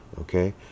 okay